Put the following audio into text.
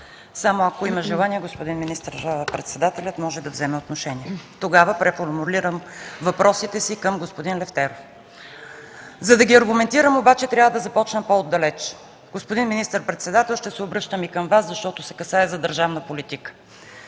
само ако има желание, господин министър-председателят може да вземе отношение. Тогава преформулирам въпросите си към господин Лефтеров. За да ги аргументирам обаче, трябва да започна по-отдалече. Господин министър-председател, ще се обръщам и към Вас, защото се касае за държавна политика.